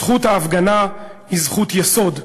זכות ההפגנה היא זכות יסוד.